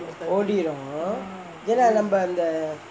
ஓடிரும் ஏன்னா நம்ப இந்த:odirum yennaa namba intha